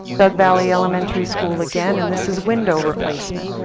doug valley elementary school again, and this is window replacement.